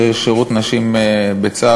ששירות נשים בצה"ל,